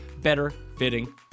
better-fitting